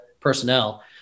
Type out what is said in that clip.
personnel